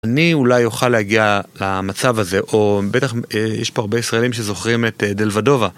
אני אולי אוכל להגיע למצב הזה, או בטח יש פה הרבה ישראלים שזוכרים את דלוודובה.